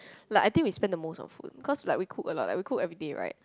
like I think we spent the most on food cause like we cook a lot like we cook everyday right